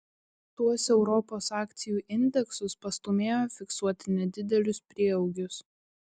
tuos europos akcijų indeksus pastūmėjo fiksuoti nedidelius prieaugius